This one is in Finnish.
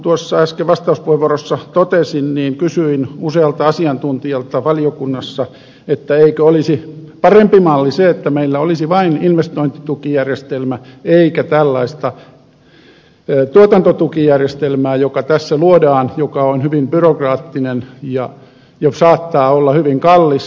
kuten äsken vastauspuheenvuorossani totesin kysyin usealta asiantuntijalta valiokunnassa eikö olisi parempi malli se että meillä olisi vain investointitukijärjestelmä eikä tällaista tuotantotukijärjestelmää joka tässä luodaan joka on hyvin byrokraattinen ja saattaa olla hyvin kallis